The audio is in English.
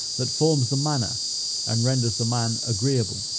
that forms the manner and renders the man agreeable.